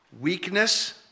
weakness